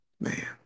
Man